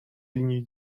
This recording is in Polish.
linii